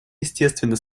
естественно